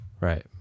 Right